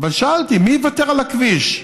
אבל שאלתי: מי יוותר על הכביש?